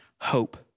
hope